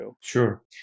Sure